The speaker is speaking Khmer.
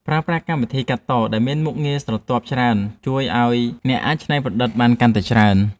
ប្រើប្រាស់កម្មវិធីកាត់តដែលមានមុខងារស្រទាប់ច្រើនជួយឱ្យអ្នកអាចច្នៃប្រឌិតបានកាន់តែច្រើន។